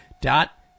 dot